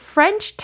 French